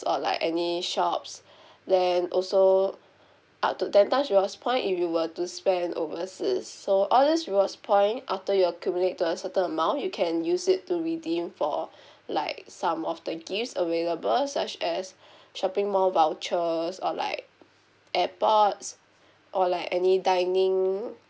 or like any shops then also up to ten times rewards point if you were to spend overseas so all these rewards point after you accumulate to a certain amount you can use it to redeem for like some of the gifts available such as shopping mall vouchers or like airpods or like any dining